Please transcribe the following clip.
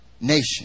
nation